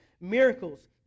miracles